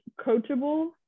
coachable